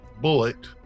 bullet